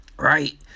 Right